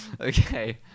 Okay